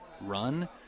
run